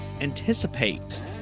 anticipate